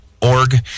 org